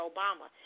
Obama